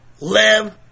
live